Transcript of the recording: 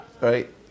Right